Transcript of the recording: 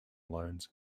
loans